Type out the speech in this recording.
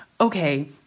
okay